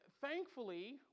thankfully